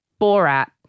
Borat